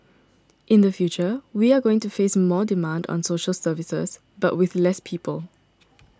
in the future we are going to face more demand on social services but with less people